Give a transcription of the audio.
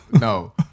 No